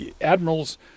admirals